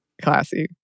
Classy